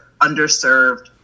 underserved